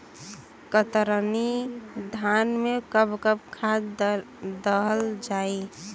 कतरनी धान में कब कब खाद दहल जाई?